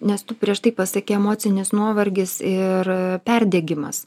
nes tu prieš tai pasakei emocinis nuovargis ir perdegimas